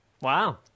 Wow